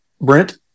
Brent